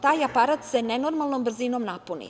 Taj aparat se nenormalnom brzinom napuni.